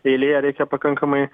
eilėje reikia pakankamai